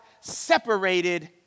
separated